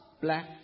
black